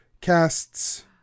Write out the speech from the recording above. casts